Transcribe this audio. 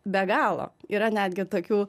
be galo yra netgi tokių